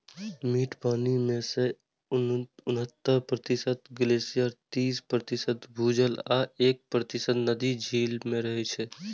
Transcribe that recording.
मीठ पानि मे सं उन्हतर प्रतिशत ग्लेशियर, तीस प्रतिशत भूजल आ एक प्रतिशत नदी, झील मे रहै छै